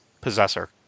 Possessor